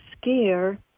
scare